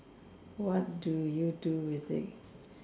what do you do with it